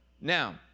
Now